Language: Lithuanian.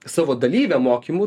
savo dalyviam mokymų